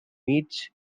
meets